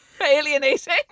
alienating